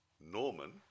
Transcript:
Norman